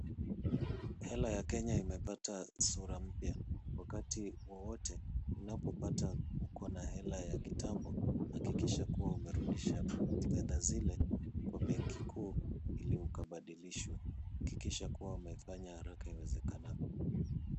Hela ya Kenya imepata sura mpya. Wakati wowote unapopata uko na hela ya kitambo, hakikisha kuwa umerudisha fedha zile kwa benki kuu ili ukabadilishwe. Hakikisha kuwa umefanya haraka iwezekanavyo.